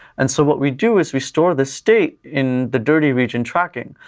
and so what we do is we store the state in the dirty region tracking,